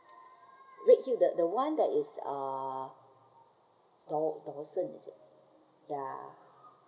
redhill the the one that is uh daw~ dawson is it ya